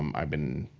um i've been,